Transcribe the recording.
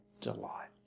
delight